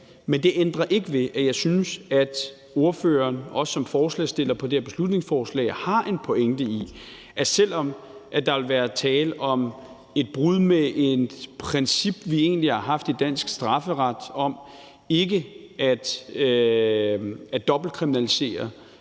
Men det ændrer ikke ved, at jeg synes, at ordføreren, også som medforslagsstiller af det her beslutningsforslag, har en pointe i, at selv om der egentlig vil være tale om et brud med et princip, vi har haft i dansk strafferet, om ikke at dobbeltkriminalisere